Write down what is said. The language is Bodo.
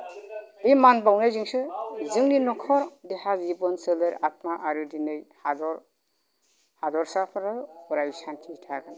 बे मान बावनायजोंसो जोंनि नखर देहा जिबन सोलेर आत्मा आरो दिनै हादर हादरसाफोरा अराय सान्ति थागोन